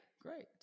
Great